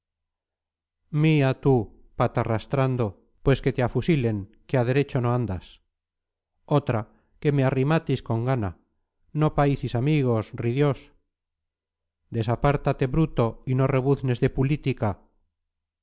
mia tú patarrastrando pues que te afusilen que aderecho no andas otra que me arrimatis con gana no paicis amigos ridiós desapártate bruto y no rebuznes de pulítica